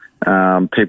People